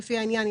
לפי העניין,